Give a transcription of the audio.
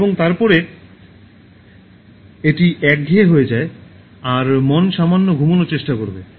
এবং তারপরে এটি একঘেয়ে হয়ে যায় আর মন সামান্য ঘুমানোর চেষ্টা করবে